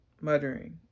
Muttering